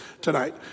tonight